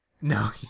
no